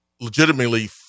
legitimately